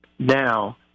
now